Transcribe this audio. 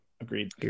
Agreed